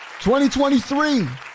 2023